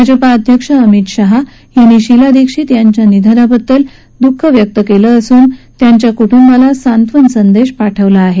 भाजपा अध्यक्ष अमित शहा यांनी शीला दीक्षित यांच्या निधनाबद्दल दःख व्यक्त केलं असून त्यांच्या कुटुंबाला सांत्वन संदेश पाठवला आहे